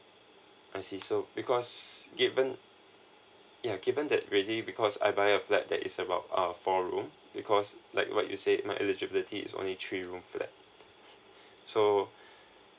I see so because given yeah given that really because I buy a flat that is about uh four room because like what you said my eligibility is only three room flat so